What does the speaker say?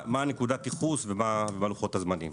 מה נקודת הייחוס ומה לוחות הזמנים?